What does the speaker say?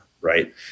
right